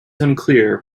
unclear